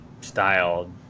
style